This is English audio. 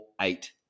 eight